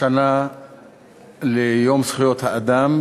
השנה ליום זכויות האדם,